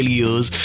years